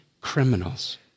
criminals